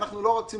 אנחנו לא רוצים